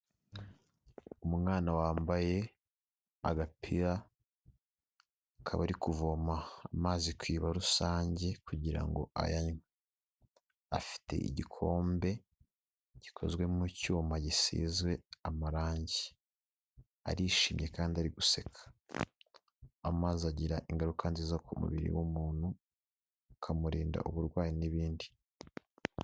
Umwana wambaye agapira, akaba ari kuvoma amazi ku iriba rusange kugira ngo ayanywe, afite igikombe gikozwe mu cyuma gisizwe amarangi, arishimye kandi ari guseka. Amazi agira ingaruka nziza ku mubiri w'umuntu, akamurinda uburwayi n'ibindi.